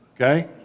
Okay